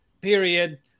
period